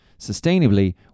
sustainably